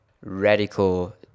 radical